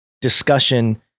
discussion